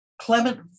Clement